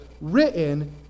written